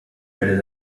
werden